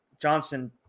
Johnson